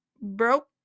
broke